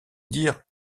dire